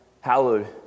hallowed